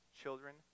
children